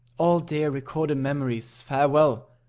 all dear recorded memories, farewell,